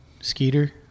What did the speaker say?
skeeter